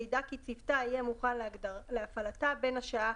וידאג כי צוותה יהיה מוכן להפעלתה בין השעה